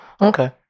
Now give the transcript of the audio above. okay